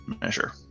measure